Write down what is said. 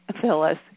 Phyllis